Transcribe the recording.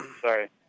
Sorry